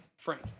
Frank